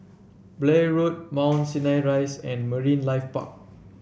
Blair Road Mount Sinai Rise and Marine Life Park